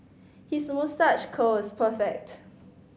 his moustache curl is perfect